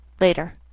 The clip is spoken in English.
later